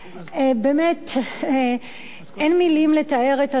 באמת, אין מלים לתאר את הזוועה.